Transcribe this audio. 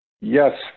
Yes